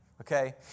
okay